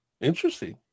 Interesting